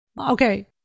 okay